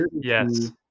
Yes